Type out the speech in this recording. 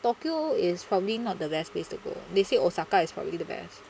tokyo is probably not the best place to go they said osaka is probably the best